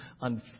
on